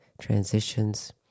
transitions